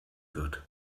wird